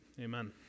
Amen